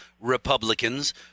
Republicans